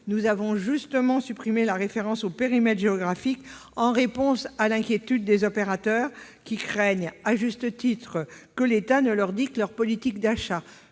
commission, qui a supprimé la référence au périmètre géographique en réponse à l'inquiétude des opérateurs, qui craignent, à juste titre, que l'État ne leur dicte leur politique d'achat.